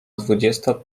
dwudziesta